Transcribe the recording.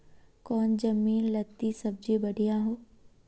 कौन जमीन लत्ती सब्जी बढ़िया हों?